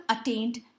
attained